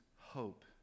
hope